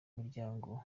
muryango